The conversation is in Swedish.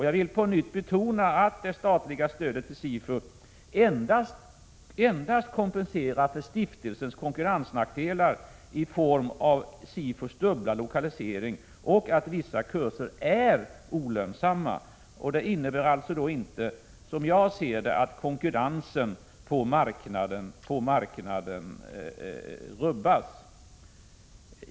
Jag vill på nytt betona att det statliga stödet till SIFU endast kompenserar för stiftelsens konkurrensnackdelar i form av den dubbla lokaliseringen och olönsamhet för vissa kurser. Det innebär alltså inte, som jag ser det, att konkurrensen på marknaden rubbas.